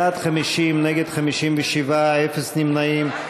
בעד, 50, נגד, 57, אפס נמנעים.